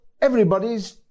everybody's